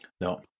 No